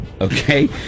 Okay